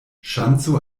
ŝanco